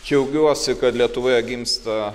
džiaugiuosi kad lietuvoje gimsta